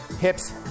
hips